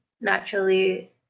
naturally